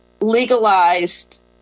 legalized